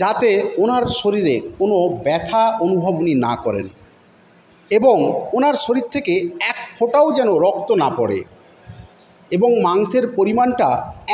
যাতে ওনার শরীরে কোনো ব্যথা অনুভব উনি না করেন এবং ওনার শরীর থেকে এক ফোঁটাও যেন রক্ত না পড়ে এবং মাংসের পরিমাণটা